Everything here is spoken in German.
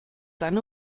seine